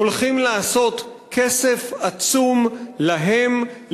הולכים לעשות כסף עצום להם,